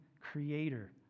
Creator